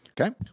Okay